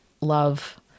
love